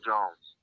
Jones